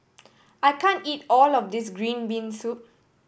I can't eat all of this green bean soup